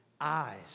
Eyes